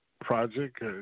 project